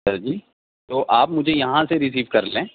سر جی تو آپ مجھے یہاں سے ریسیو کر لیں